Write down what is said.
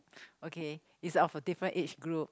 okay it's of our different age group